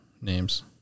names